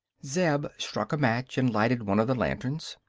zeb struck a match and lighted one of the lanterns.